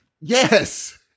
Yes